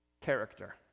character